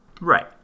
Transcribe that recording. Right